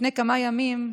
לפני כמה ימים,